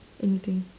anything